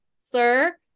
sir